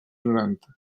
noranta